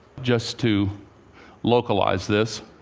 just to localize this